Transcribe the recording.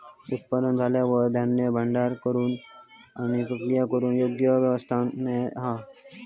उत्पादन झाल्यार धान्य भांडार करूक आणि प्रक्रिया करूक योग्य व्यवस्था नाय हा